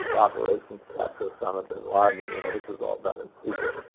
operation to capture usama bin ladin, you know this was all done in secret.